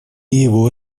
его